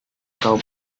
kau